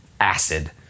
acid